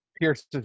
Pierce's